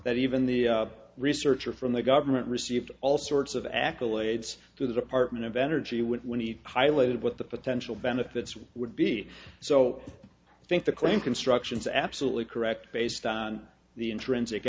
that even the researcher from the government received all sorts of accolades to the department of energy would when he highlighted what the potential benefits would be so i think the claim construction is absolutely correct based on the intrinsic